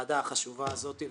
כינוס הדיון החשוב הזה והאמונה